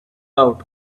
out